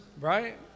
Right